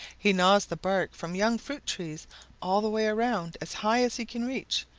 he gnaws the bark from young fruit trees all the way around as high as he can reach,